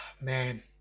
Man